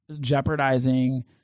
jeopardizing